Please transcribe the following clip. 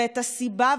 ואת הסיבה,